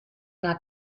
una